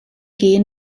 gehen